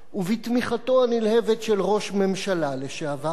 ובתמיכתו הנלהבת של ראש ממשלה לשעבר,